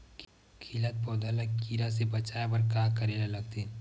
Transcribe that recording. खिलत पौधा ल कीरा से बचाय बर का करेला लगथे?